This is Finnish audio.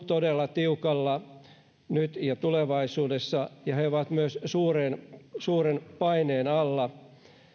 todella tiukalla nyt ja tulevaisuudessa ja he ovat myös suuren paineen alla